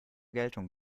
geltung